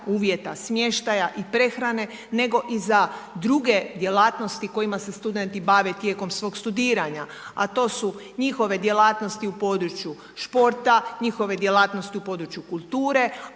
uvjeta smještaja i prehrane nego i za druge djelatnosti kojima se studenti bave tijekom svog studiranja a to su njihove djelatnosti u području športa, njihove djelatnosti u području kulture